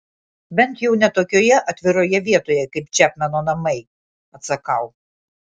bent jau ne tokioje atviroje vietoje kaip čepmeno namai atsakau